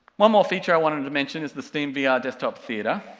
more feature i wanted to mention is the steamvr ah desktop theater,